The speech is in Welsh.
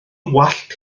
wallt